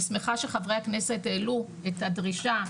ואני שמחה שחברי הכנסת העלו את הדרישה.